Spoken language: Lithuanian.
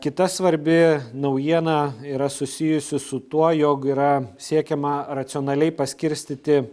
kita svarbi naujiena yra susijusi su tuo jog yra siekiama racionaliai paskirstyti